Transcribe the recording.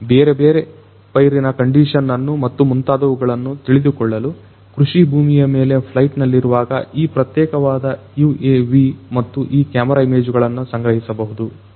ಬೇರೆ ಬೇರೆ ಪೈರಿನ ಕಂಡೀಶನ್ ಅನ್ನು ಮತ್ತು ಮುಂತಾದವುಗಳನ್ನು ತಿಳಿದುಕೊಳ್ಳಲು ಕೃಷಿ ಭೂಮಿಯ ಮೇಲೆ ಫ್ಲೈಟ್ ನಲ್ಲಿರುವಾಗ ಈ ಪ್ರತ್ಯೇಕವಾದ UAV ಮತ್ತು ಈ ಕ್ಯಾಮರಾ ಇಮೇಜುಗಳನ್ನು ಸಂಗ್ರಹಿಸಬಹುದು